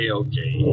okay